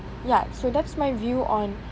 ya so that's my view on